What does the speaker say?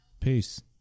Peace